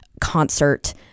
concert